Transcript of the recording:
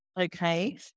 Okay